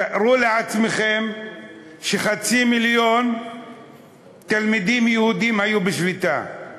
תארו לעצמכם שחצי מיליון תלמידים יהודים היו בשביתה,